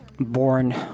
born